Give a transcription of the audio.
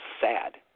sad